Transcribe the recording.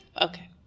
okay